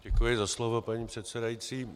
Děkuji za slovo, paní předsedající.